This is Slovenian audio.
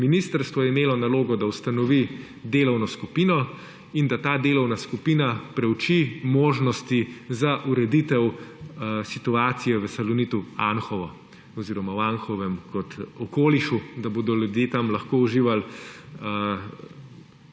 Ministrstvo je imelo nalogo, da ustanovi delovno skupino in da ta delovna skupina preuči možnosti za ureditev situacije v Salonitu Anhovo oziroma v Anhovem kot okolišu, da bodo ljudje tam lahko uživali